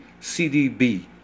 CDB